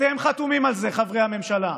אתם חתומים על זה, חברי הממשלה,